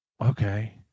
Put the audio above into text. Okay